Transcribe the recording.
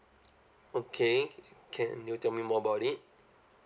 okay can you tell me more about it